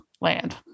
Land